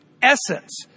essence